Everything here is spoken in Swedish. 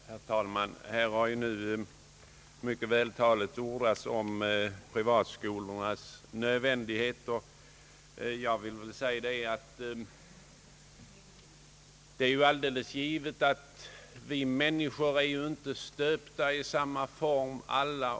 Herr talman! Här har nu mycket vältaligt ordats om privatskolornas nödvändighet, och jag vill bara säga att det är alldeles givet att alla människor inte är stöpta i samma form.